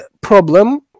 problem